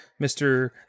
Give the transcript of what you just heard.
Mr